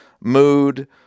mood